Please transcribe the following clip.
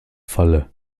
falle